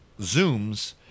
zooms